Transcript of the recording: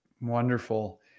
Wonderful